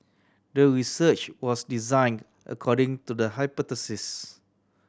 the research was design according to the hypothesis